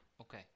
Okay